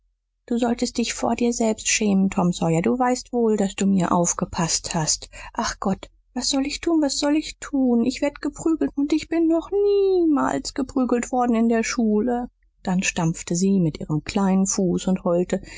du solltest dich vor dir selbst schämen tom sawyer du weißt wohl daß du mir aufgepaßt hast ach gott was soll ich tun was soll ich tun ich werd geprügelt und ich bin noch nie mals geprügelt worden in der schule dann stampfte sie mit ihrem kleinen fuß und heulte